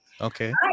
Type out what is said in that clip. Okay